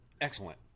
Excellent